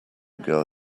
girl